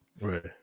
Right